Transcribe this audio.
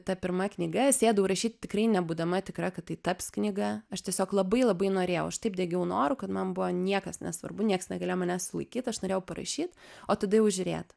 ta pirma knyga sėdau rašyt tikrai nebūdama tikra kad tai taps knyga aš tiesiog labai labai norėjau aš taip degiau noru kad man buvo niekas nesvarbu nieks negalėjo manęs sulaikyt aš norėjau parašyt o tada jau žiūrėt